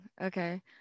Okay